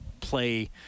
play